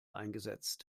eingesetzt